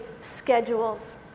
schedules